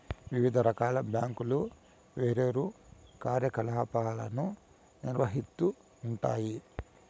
వివిధ రకాల బ్యాంకులు వేర్వేరు కార్యకలాపాలను నిర్వహిత్తూ ఉంటాయి